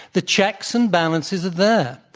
the checks and balances are there,